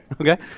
Okay